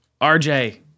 RJ